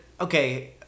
okay